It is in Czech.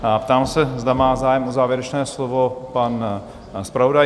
Ptám se, zda má zájem o závěrečné slovo pan zpravodaj.